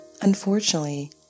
Unfortunately